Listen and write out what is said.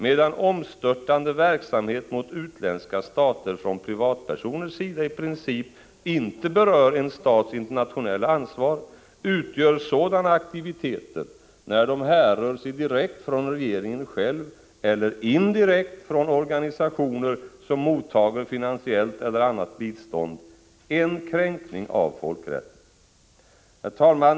——-—- medan omstörtande verksamhet mot utländska stater från privatpersoners sida i princip inte berör en stats internationella ansvar, utgör sådana aktiviteter, när de härrör sig direkt från regeringen själv eller indirekt från organisationer som mottager finansiellt eller annat bistånd ——— en kränkning av folkrätten.” Herr talman!